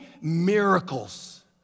miracles